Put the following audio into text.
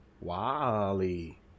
Wally